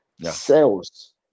sales